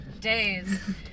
days